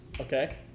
Okay